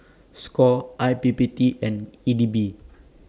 SCORE I P P T and E D B